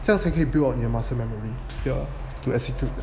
这样才可以 build up 你的 muscle memory to execute